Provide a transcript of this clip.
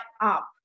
up